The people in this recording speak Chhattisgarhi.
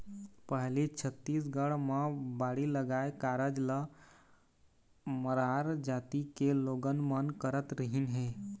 पहिली छत्तीसगढ़ म बाड़ी लगाए कारज ल मरार जाति के लोगन मन करत रिहिन हे